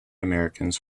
americans